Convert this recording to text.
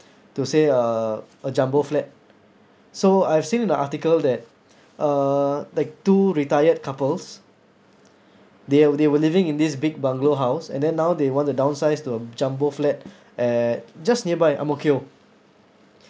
to say uh a jumbo flat so I've seen in an article that uh like two retired couples they were they were living in this big bungalow house and then now they want to downsize to a jumbo flat at just nearby ang mo kio